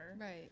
Right